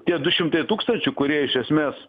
tie du šimtai tūkstančių kurie iš esmės